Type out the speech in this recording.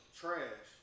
trash